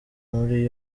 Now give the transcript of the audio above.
muri